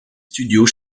studios